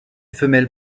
femelles